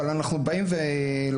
אבל אנחנו באים ולוקחים,